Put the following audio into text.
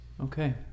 okay